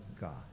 God